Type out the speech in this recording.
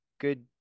good